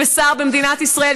שר במדינת ישראל,